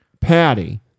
Patty